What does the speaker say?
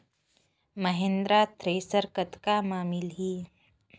Mahindra thresher कतका म मिलही?